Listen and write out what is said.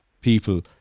people